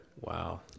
Wow